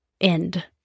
end